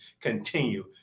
continue